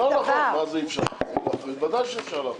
לא נכון, ודאי שאפשר להפריד.